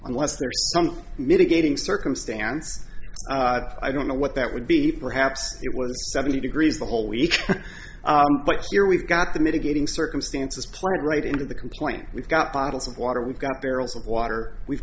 unless there is some mitigating circumstance i don't know what that would be perhaps it was seventy degrees the whole week but here we've got the mitigating circumstances part right into the complaint we've got bottles of water we've got barrels of water we've